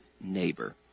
neighbor